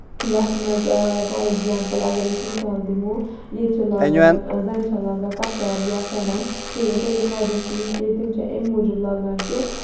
یَتھ منٛز for example اَگر أسۍ مِثال دِمو ییٚتہِ چھِ لاگان زَنہِ چھِ لاگان کَسابہٕ یا پھیرَن تَمیُک وجہہ چھُ یہِ کہِ تِم چھِ اَمہِ موٗجوٗب لاگان کہِ